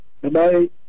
Bye-bye